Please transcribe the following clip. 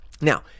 Now